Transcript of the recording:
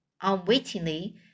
unwittingly